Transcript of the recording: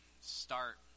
start